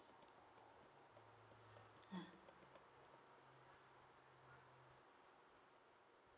ah